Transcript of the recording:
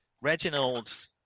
Reginald